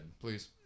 Please